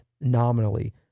nominally